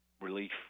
relief